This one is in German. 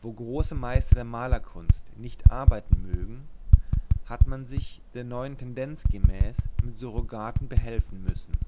wo große meister der malerkunst nicht arbeiten mögen hat man sich der neuern tendenz gemäß mit surrogaten behelfen müssen